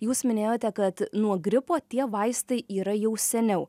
jūs minėjote kad nuo gripo tie vaistai yra jau seniau